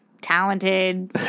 talented